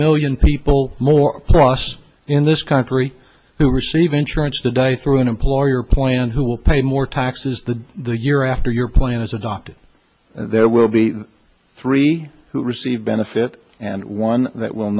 million people more cross in this country who receive insurance today through an employer plan who will pay more taxes the the year after your plan is adopted there will be three who receive benefit and one that will